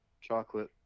Chocolate